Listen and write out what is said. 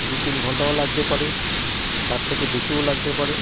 দু তিন ঘন্টাও লাগতে পারে তার থেকে বেশিও লাগতে পারে